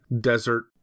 desert